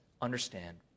understand